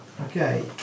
Okay